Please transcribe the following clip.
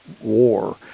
war